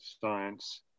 science